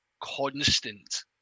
constant